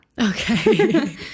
Okay